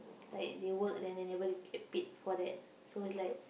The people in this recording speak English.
like they work then they never get paid for that so it's like